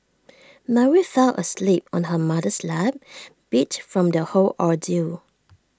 Mary fell asleep on her mother's lap beat from the whole ordeal